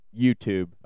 YouTube